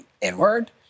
inward